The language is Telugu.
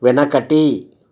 వెనకటి